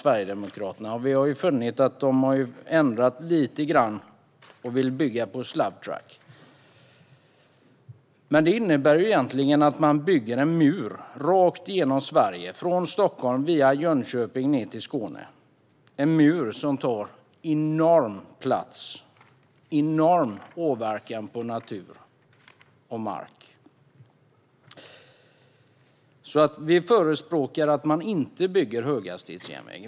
Vi har funnit att de har ändrat lite grann och vill bygga på slab track. Men detta innebär egentligen att man bygger en mur rakt igenom Sverige - från Stockholm, via Jönköping, ned till Skåne. Detta skulle vara en mur som tar enorm plats och gör enorm åverkan på natur och mark. Vi förespråkar därför att man inte bygger höghastighetsjärnvägen.